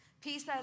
Peace